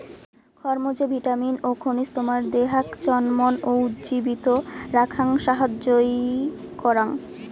খরমুজে vitamin ও খনিজ তোমার দেহাক চনমন ও উজ্জীবিত রাখাং সাহাইয্য করাং